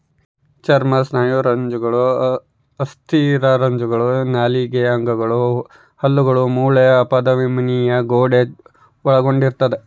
ಚರ್ಮ ಸ್ನಾಯುರಜ್ಜುಗಳು ಅಸ್ಥಿರಜ್ಜುಗಳು ನಾಳೀಯ ಅಂಗಗಳು ಹಲ್ಲುಗಳು ಮೂಳೆ ಅಪಧಮನಿಯ ಗೋಡೆ ಒಳಗೊಂಡಿರ್ತದ